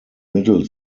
middle